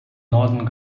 norden